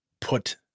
put